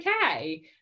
okay